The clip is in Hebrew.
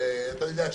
ואתה יודע,